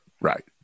Right